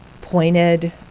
pointed